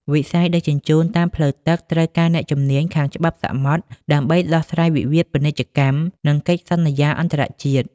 វិស័យដឹកជញ្ជូនតាមផ្លូវទឹកត្រូវការអ្នកជំនាញខាងច្បាប់សមុទ្រ ដើម្បីដោះស្រាយវិវាទពាណិជ្ជកម្ម និងកិច្ចសន្យាអន្តរជាតិ។